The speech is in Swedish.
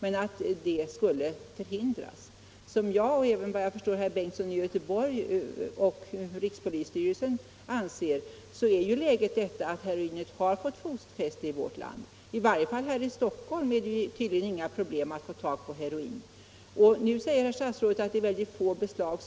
Som jag och, såvitt jag förstår, herr Bengtsson i Göteborg och rikspolisstyrelsen anser är läget det att heroinet har fått fotfäste i vårt land. I varje fall i Stockholm är det tydligen inga problem att få tag på heroin. Nu säger statsrådet att det görs mycket få beslag.